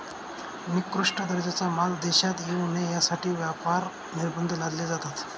निकृष्ट दर्जाचा माल देशात येऊ नये यासाठी व्यापार निर्बंध लादले जातात